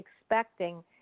expecting